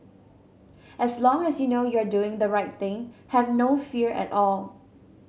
as long as you know you are doing the right thing have no fear at all